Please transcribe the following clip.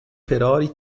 ferrari